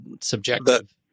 subjective